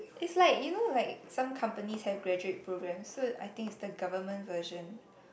it's like you know like some companies have graduate programs so I think it's the government version